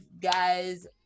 guys